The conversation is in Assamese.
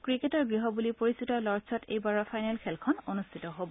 ক্ৰিকেটৰ গৃহ বুলি পৰিচিত লৰ্ডচত এইবাৰৰ ফাইনেল খেলখন অনুষ্ঠিত হব